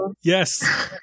Yes